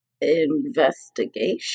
investigation